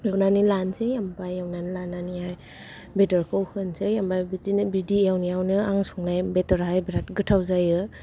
एवनानै लानोसै ओमफ्राय एवनानै लानानैहाय बेदरखौल होनसै ओमफ्राय बिदिनो बिदि एवनायावनो आं संनाय बेदराहाय बिराथ गोथाव जायो